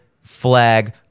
flag